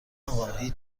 اقا، هیچ